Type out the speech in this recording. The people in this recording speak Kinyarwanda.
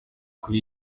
kuri